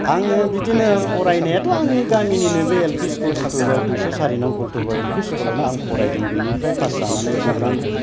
आङो बिदिनो फरायनायाथ' आङो गामिनिनो बे एलपि स्कुल हलतुगाव दुइस' सारि नं हलतुगाव एलपि स्कुल आवनो आं फरायदों बिनिफ्राय पास जानानै गौरां